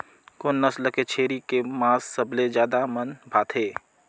कोन नस्ल के छेरी के मांस सबले ज्यादा मन भाथे?